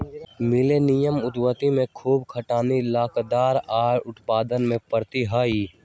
millennium उद्यमिता खूब खटनी, लचकदार आऽ उद्भावन से प्रेरित हइ